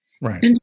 Right